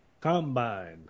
Combine